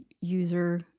user